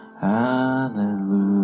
hallelujah